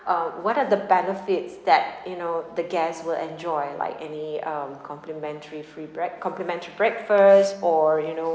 um what are the benefits that you know the guests will enjoy like any um complimentary free break~ complimentary breakfast or you know